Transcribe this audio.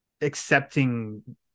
accepting